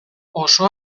oso